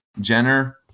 Jenner